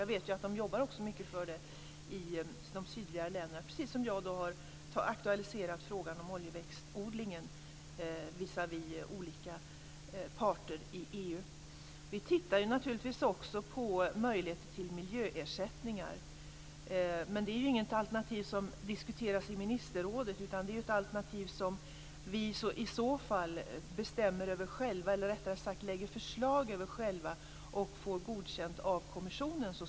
Jag vet att man jobbar mycket för det i de sydligare länderna, precis som jag har aktualiserat frågan om oljeväxtodlingen visavi olika parter i EU. Vi tittar ju naturligtvis också på möjligheter till miljöersättningar. Men det är inte något alternativ som diskuteras i ministerrådet. Det är ett alternativ som vi i så fall lägger fram förslag om själva och så småningom får godkänt av kommissionen.